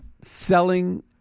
selling